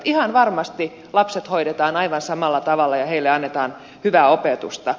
ihan varmasti lapset hoidetaan aivan samalla tavalla ja heille annetaan hyvää opetusta